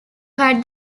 had